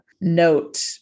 note